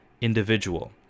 individual